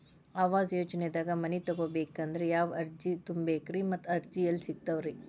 ಆವಾಸ ಯೋಜನೆದಾಗ ಮನಿ ತೊಗೋಬೇಕಂದ್ರ ಯಾವ ಅರ್ಜಿ ತುಂಬೇಕ್ರಿ ಮತ್ತ ಅರ್ಜಿ ಎಲ್ಲಿ ಸಿಗತಾವ್ರಿ?